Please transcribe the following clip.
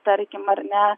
tarkim ar ne